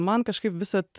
man kažkaip visad